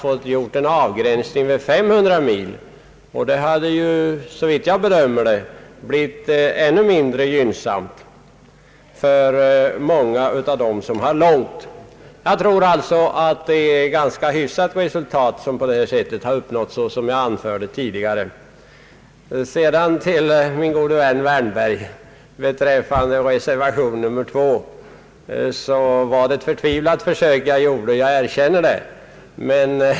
Här har vi ändå kunnat bibehålla regeln om de 1 000 milen med det högre avdraget. Jag tror alltså att det är ett ganska hyfsat resultat som på detta sätt har uppnåtts, vilket jag anförde tidigare. Sedan vill jag säga till min gode vän herr Wärnberg att beträffande reservation 2 var det ett förtvivlat försök jag gjorde, jag erkänner det.